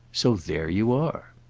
so there you are.